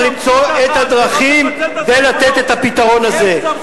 צריך למצוא את הדרכים כדי לתת את הפתרון הזה.